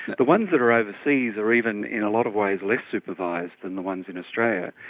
the ones that are overseas are even in a lot of ways less supervised than the ones in australia,